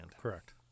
Correct